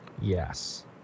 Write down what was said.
yes